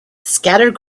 scattered